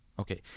okay